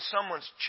someone's